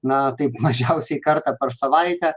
na taip mažiausiai kartą per savaitę